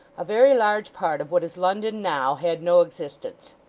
a very large part of what is london now had no existence.